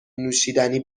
نوشیدنی